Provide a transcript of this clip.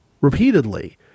repeatedly